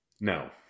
no